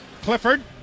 Clifford